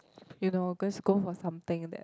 you know girls go for something that